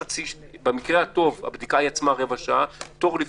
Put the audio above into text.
במקרה הטוב הבדיקה היא רבע שעה, תור,